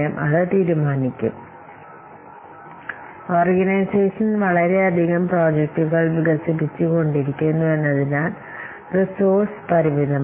organisation അല്ലെങ്കിൽ ഇത് ഏത് പ്രോജക്റ്റ് ഡെവലപ്മെൻറ് ഓർഗനൈസേഷൻ വളരെയധികം പ്രോജക്ടുകൾ വികസിപ്പിച്ചുകൊണ്ടിരിക്കുന്നു എന്നതിനാൽ റിസോഴ്സ് പരിമിതമാണ്